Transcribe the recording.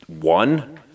one